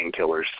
painkillers